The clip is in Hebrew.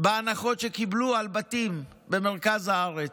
בהנחות שקיבלו על בתים במרכז הארץ.